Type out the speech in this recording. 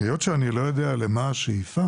היות שאני לא יודע למה השאיפה